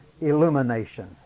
illumination